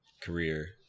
career